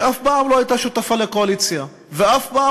שאף פעם לא הייתה שותפה לקואליציה ואף פעם